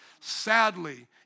Sadly